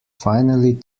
finally